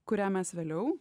kurią mes vėliau